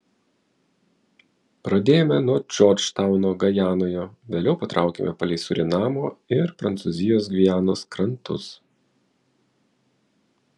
pradėjome nuo džordžtauno gajanoje vėliau patraukėme palei surinamo ir prancūzijos gvianos krantus